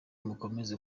mukomeze